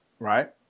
Right